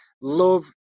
Love